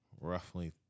roughly